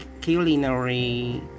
culinary